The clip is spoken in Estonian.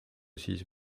siis